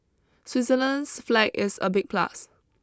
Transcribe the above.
Switzerland's flag is a big plus